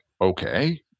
okay